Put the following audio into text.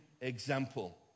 example